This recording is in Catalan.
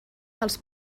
dels